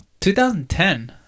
2010